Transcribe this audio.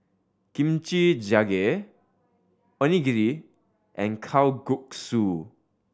Kimchi Jjigae Onigiri and Kalguksu